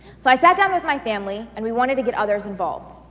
so i sat down with my family and we wanted to get others involved.